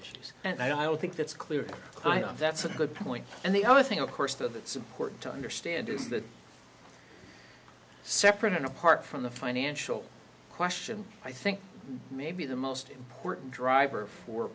issues and i don't think that's clear that's a good point and the other thing of course that it's important to understand is that separate and apart from the financial question i think maybe the most important driver for